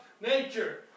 nature